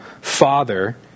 Father